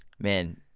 Man